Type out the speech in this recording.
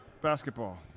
Basketball